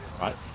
right